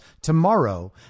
tomorrow